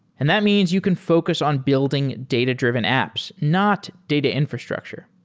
and that means you can focus on building data-driven apps, not data infrastructure.